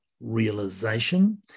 realization